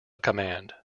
command